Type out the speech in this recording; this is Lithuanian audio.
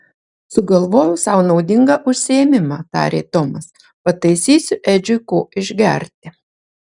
sugalvojau sau naudingą užsiėmimą tarė tomas pataisysiu edžiui ko išgerti